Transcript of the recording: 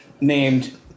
named